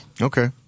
Okay